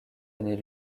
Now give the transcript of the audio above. années